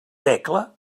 tecla